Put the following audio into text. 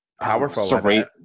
powerful